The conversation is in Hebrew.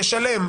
תשלם,